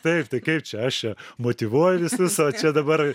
taip tai kaip čia aš čia motyvuoju visus o dabar